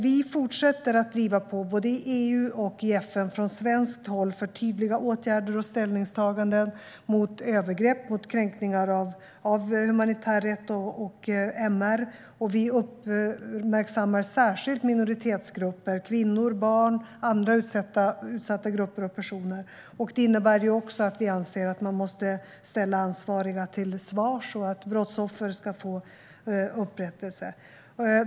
Vi fortsätter att driva på i både EU och FN från svenskt håll för tydliga åtgärder och ställningstaganden mot övergrepp på och kränkningar av humanitär rätt och MR. Vi uppmärksammar särskilt minoritetsgrupper - kvinnor, barn och andra utsatta grupper och personer. Det innebär också att vi anser att man måste ställa ansvariga till svars och att brottsoffer ska få upprättelse.